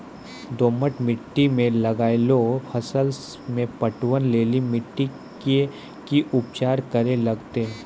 दोमट मिट्टी मे लागलो फसल मे पटवन लेली मिट्टी के की उपचार करे लगते?